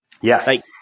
Yes